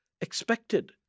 expected